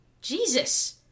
Jesus